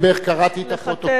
קראתי את הפרוטוקול.